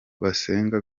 basenga